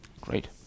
Great